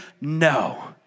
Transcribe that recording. no